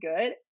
good